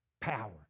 Power